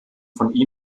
von